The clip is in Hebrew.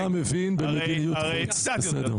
כן, אתה מבין במדיניות חוץ, בסדר.